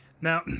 Now